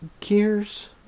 Gears